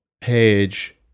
page